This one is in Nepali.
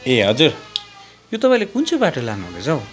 ए हजुर यो तपाईँले कुन चाहिँ बाटो लानुहुँदैछ हौ